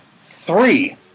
three